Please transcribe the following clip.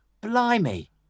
Blimey